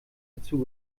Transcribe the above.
dazu